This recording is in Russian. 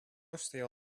стоял